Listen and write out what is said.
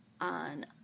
on